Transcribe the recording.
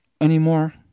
anymore